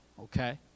okay